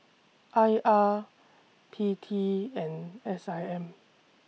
I R P T and S I M